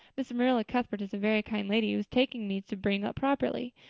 miss marilla cuthbert is a very kind lady who has taken me to bring up properly.